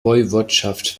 woiwodschaft